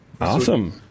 Awesome